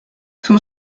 son